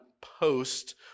post